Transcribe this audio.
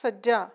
ਸੱਜਾ